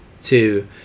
Two